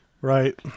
Right